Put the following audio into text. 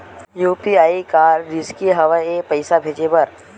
UPI का रिसकी हंव ए पईसा भेजे बर?